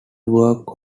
work